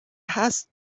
هست